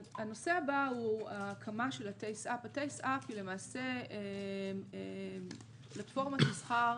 הנושא הבא הוא הקמה של TASE UP. זו למעשה רפורמת מסחר